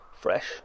fresh